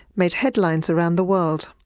made headlines around the world.